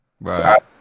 Right